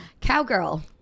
Cowgirl